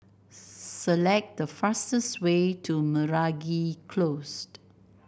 select the fastest way to Meragi Close